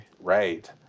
right